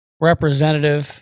representative